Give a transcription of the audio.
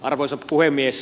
arvoisa puhemies